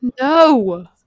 No